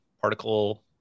particle